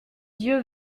yeux